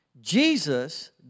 Jesus